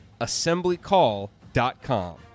assemblycall.com